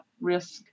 risk